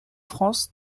france